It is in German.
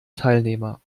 teilnehmer